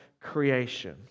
creation